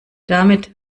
damit